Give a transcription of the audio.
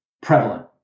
prevalent